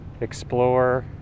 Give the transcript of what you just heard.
explore